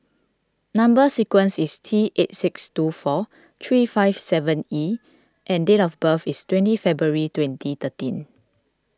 Number Sequence is T eight six two four three five seven E and date of birth is twenty February twenty thirteen